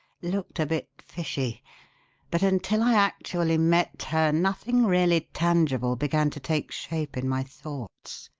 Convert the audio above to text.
looked a bit fishy but until i actually met her nothing really tangible began to take shape in my thoughts.